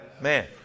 Man